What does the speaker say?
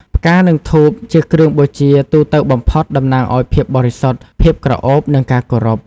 ផ្កា និងធូប ជាគ្រឿងបូជាទូទៅបំផុត តំណាងឱ្យភាពបរិសុទ្ធ ភាពក្រអូប និងការគោរព។